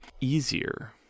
easier